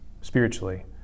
spiritually